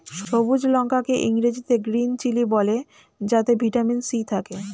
সবুজ লঙ্কা কে ইংরেজিতে গ্রীন চিলি বলে যাতে ভিটামিন সি থাকে